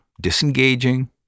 disengaging